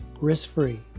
risk-free